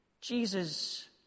Jesus